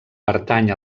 pertany